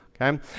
okay